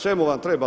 Čemu vam treba?